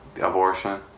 Abortion